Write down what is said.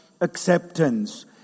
acceptance